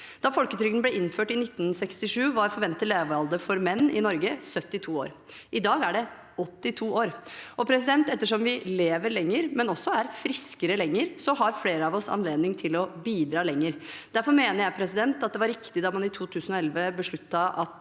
Da folketrygden ble innført i 1967, var forventet levealder for menn i Norge 72 år. I dag er den 82 år. Ettersom vi lever lenger og også er friske lenger, har flere av oss anledning til å bidra lenger. Derfor mener jeg det var riktig at man i 2011 besluttet at